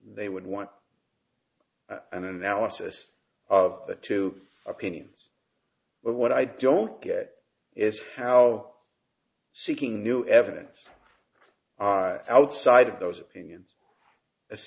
they would want an analysis of the two opinions but what i don't get is how seeking new evidence outside of those opinions